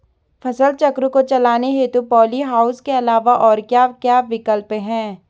फसल चक्र को चलाने हेतु पॉली हाउस के अलावा और क्या क्या विकल्प हैं?